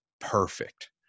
perfect